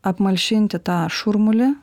apmalšinti tą šurmulį